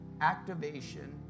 activation